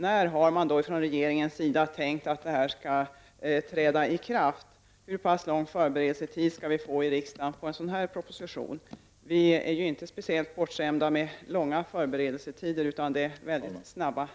När har regeringen tänkt att detta skall träda i kraft? Hur pass lång förberedelsetid skall vi få i riksdagen för den här propositionen? Vi är ju inte speciellt bortskämda med långa förberedelsetider, utan det brukar vara snabba ryck.